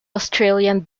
australian